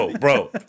Bro